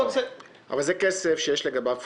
זה כסף שכבר יש לגביו התחייבות.